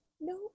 no